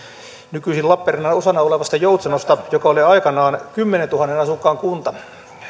nykyisin lappeenrannan osana olevasta joutsenosta joka oli aikanaan kymmeneentuhanteen asukkaan kunta